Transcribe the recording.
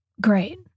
Great